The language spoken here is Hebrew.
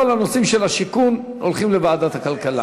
כל הנושאים של השיכון הולכים לוועדת הכלכלה.